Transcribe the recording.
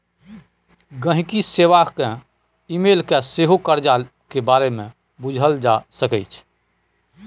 गांहिकी सेबा केँ इमेल कए सेहो करजा केर बारे मे बुझल जा सकैए